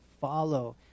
follow